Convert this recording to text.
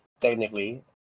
technically